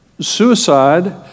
Suicide